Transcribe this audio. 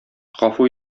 гафу